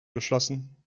geschlossen